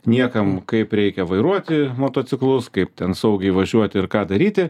niekam kaip reikia vairuoti motociklus kaip ten saugiai važiuoti ir ką daryti